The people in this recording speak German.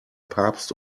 papst